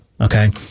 Okay